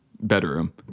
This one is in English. bedroom